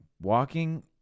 walking